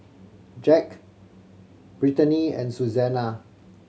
Jacque Brittaney and Suzanna